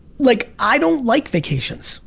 like i don't like vacations.